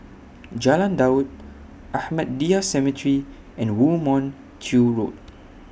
Jalan Daud Ahmadiyya Cemetery and Woo Mon Chew Road